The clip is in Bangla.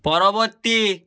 পরবর্তী